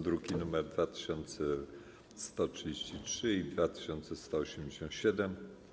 (druki nr 2133 i 2187)